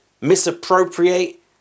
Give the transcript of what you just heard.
misappropriate